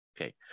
Okay